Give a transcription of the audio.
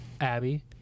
Abby